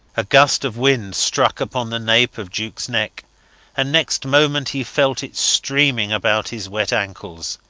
a gust of wind struck upon the nape of jukes neck and next moment he felt it streaming about his wet ankles.